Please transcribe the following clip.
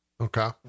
Okay